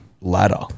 ladder